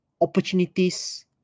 opportunities